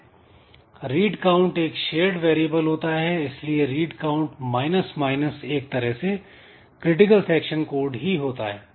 "read count" एक shared variable होता है इसलिए "रीड काउंट" माइनस माइनस एक तरह से क्रिटिकल सेक्शन कोड ही होता है